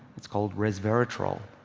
it's called resveratrol.